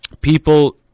people